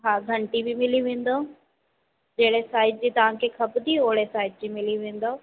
हा घंटी बि मिली वेंदौ जहिड़े साइज़ जी तव्हांखे खपंदी ओहिड़े साइज़ जी मिली वेंदो